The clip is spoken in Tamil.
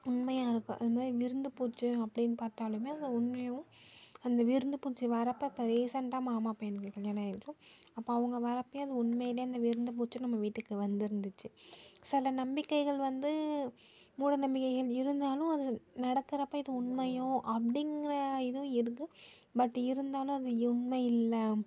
உண்மையாக இருக்கும் அது மாதிரி விருந்து பூச்சியும் அப்படின் பார்த்தாலுமே அதில் உண்மையாகவும் அந்த விருந்து பூச்சி வரப்போ இப்போ ரீசெண்டாக மாமா பையனுக்கு கல்யாணம் ஆய்டுச்சோ அப்போ அவங்க வர அப்போயே அது உண்மையிலே அந்த விருந்து பூச்சி நம்ம வீட்டுக்கு வந்து இருந்துச்சு சில நம்பிக்கைகள் வந்து மூடநம்பிக்கைகள் இருந்தாலும் அது நடக்கறப்போ இது உண்மையோ அப்படிங்கிற இதுவும் இருக்கு பட் இருந்தாலும் அது இ உண்மை இல்லை